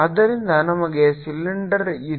ಆದ್ದರಿಂದ ನಮಗೆ ಸಿಲಿಂಡರ್ ಇದೆ